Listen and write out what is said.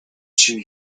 chewy